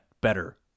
better